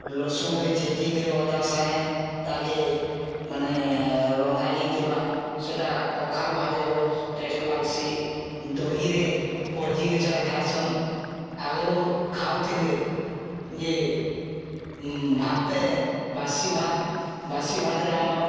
ଲସୁନ୍ରେ ଛେଚିକିରି ଅଦା ସାଙ୍ଗେ ତାକେ ମାନେ ରନ୍ଧା ଯାଇଥିବା ସେଟା ପଖାଲ୍ ଭାତ୍ରେ ବହୁତ୍ ଟେଷ୍ଟ୍ ଲାଗ୍ସି ଦହିରେ ପର୍ଝିକିରି ସେଟା ଖାଏସନ୍ ଆଗ୍ରୁ ଖାଉଥିଲେ ଯେ ଭାତେ ବାସି ଭାତ୍ ବାସି ଭାତ୍ରେ ଆମର୍